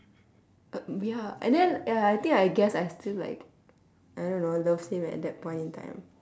uh ya and then ya I think I guess I still like I don't know loved him at that point in time